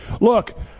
look